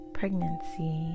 pregnancy